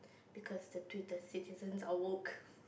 because the Twitter citizens are walk